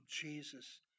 Jesus